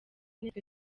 nitwe